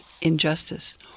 injustice